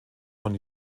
von